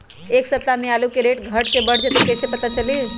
एक सप्ताह मे आलू के रेट घट ये बढ़ जतई त कईसे पता चली?